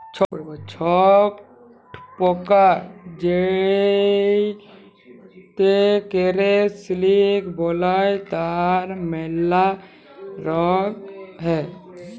ছট পকা যেটতে ক্যরে সিলিক বালাই তার ম্যালা রগ হ্যয়